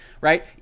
right